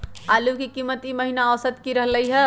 आलू के कीमत ई महिना औसत की रहलई ह?